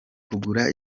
kugura